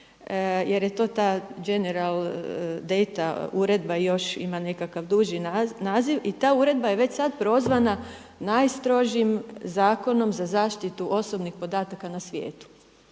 jer je to ta General dana uredba još ima nekakav duži naziv. I ta uredba je već sad prozvana najstrožim zakonom za zaštitu osobnih podataka na svijetu.